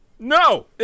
No